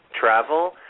Travel